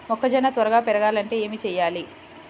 మొక్కజోన్న త్వరగా పెరగాలంటే ఏమి చెయ్యాలి?